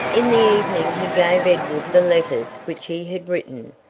in the evening he gave edward the letters which he had written,